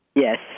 Yes